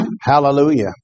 Hallelujah